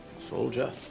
soldier